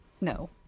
No